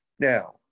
Now